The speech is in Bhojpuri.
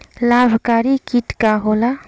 लाभकारी कीट का होला?